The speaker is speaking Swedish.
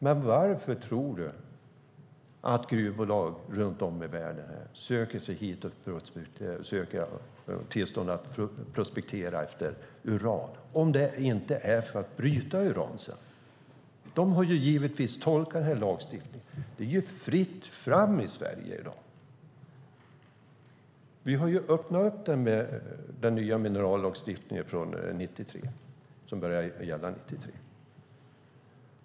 Men varför tror du att gruvbolag runt om i världen söker tillstånd att prospektera efter uran om det inte är för att sedan bryta uran? De har givetvis tolkat lagstiftningen. Det är fritt fram i Sverige i dag. Vi har öppnat detta med den nya minerallagstiftningen, som började gälla 1993.